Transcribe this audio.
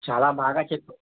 చాలా బాగా చెప్ప